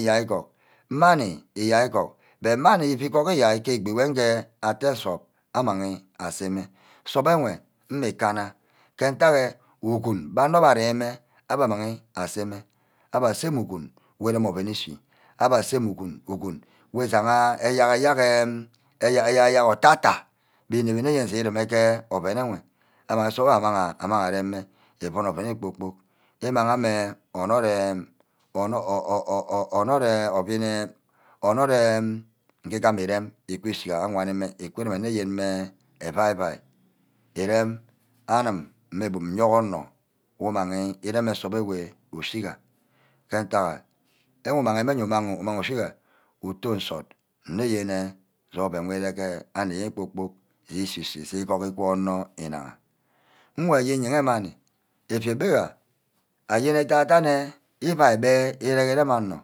iyai ígug. mani nìyai igug. but mani îgug íyai ke egbi wer nje ye atte nsup amangi aseme. nsup ewe mme kanna ke ntack enh ugune gba onor mme arem-mime abah amanghi asene abe asene ugune wor erem oven íshí. abba seme ugune. wor ígaha ayerk eh ayerk ayerk ota-ta wor îremi-nne yene ke oven nwe amang suga amang areme even oven wor kpor-kpork. imag mme ke onord enh íngí gama írem íqiui-sha. awani mme íku rume nne yene evai-vai írem anim mebub nyouronor wumaghi erem nsup ewe ushiga ke ntack amu umahe íshiga utorn nsort nne yenne je oven wu regge aneyen kpor-kpork eshi-chi. je egug wund ke onor inagha nwor aye yene manni effia gbega ayen edia-diaha evia wurem anor